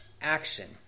action